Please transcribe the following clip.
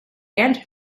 and